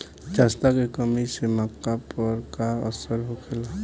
जस्ता के कमी से मक्का पर का असर होखेला?